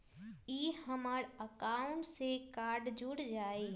ई हमर अकाउंट से कार्ड जुर जाई?